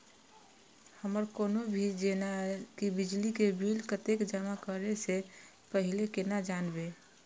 हमर कोनो भी जेना की बिजली के बिल कतैक जमा करे से पहीले केना जानबै?